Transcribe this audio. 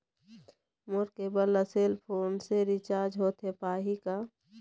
मोर cable ला cell phone से recharge होथे पाही का?